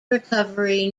recovery